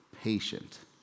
Patient